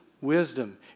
wisdom